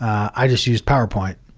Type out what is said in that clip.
i just used powerpoint.